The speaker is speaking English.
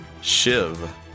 Shiv